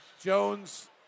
Jones